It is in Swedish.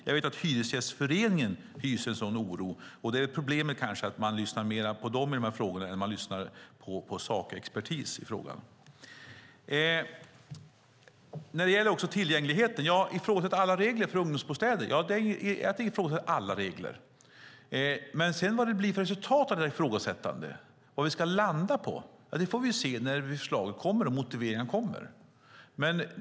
Jag vet att Hyresgästföreningen hyser en sådan oro, och problemet är kanske att man i dessa frågor lyssnar mer på dem än på sakexpertisen. När det gäller tillgängligheten och ifrågasättandet av regler för ungdomsbostäder vill jag säga att jag tänker ifrågasätta alla regler. Vad det blir för resultat av ifrågasättandet, vad vi ska landa på, får vi se när förslaget och motiveringen kommer.